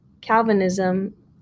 Calvinism